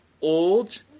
old